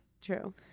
True